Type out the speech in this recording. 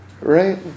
Right